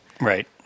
Right